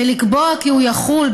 ולקבוע כי הוא יחול,